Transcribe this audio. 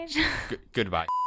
Goodbye